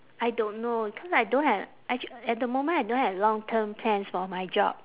I don't know because I don't ha~ actu~ at the moment I don't have long term plans for my job